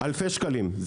אלפי שקלים.